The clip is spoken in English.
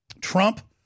Trump